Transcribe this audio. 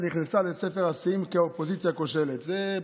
אנחנו